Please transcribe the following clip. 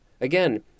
again